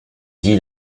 dit